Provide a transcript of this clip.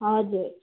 हजुर